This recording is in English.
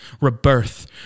Rebirth